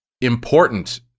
important